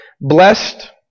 blessed